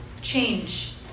Change